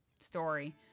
story